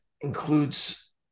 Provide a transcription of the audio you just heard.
includes